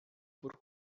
por